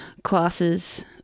Classes